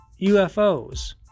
UFOs